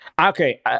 Okay